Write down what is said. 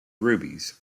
rubies